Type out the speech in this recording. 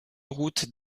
routes